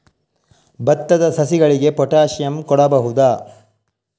ಭತ್ತದ ಸಸಿಗಳಿಗೆ ಪೊಟ್ಯಾಸಿಯಂ ಹಾಕಬಹುದಾ?